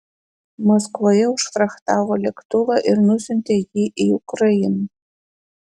maskvoje užfrachtavo lėktuvą ir nusiuntė jį į ukrainą